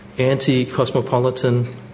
anti-cosmopolitan